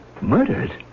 Murdered